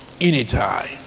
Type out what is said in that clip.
anytime